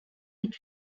est